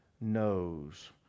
knows